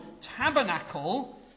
tabernacle